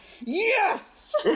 yes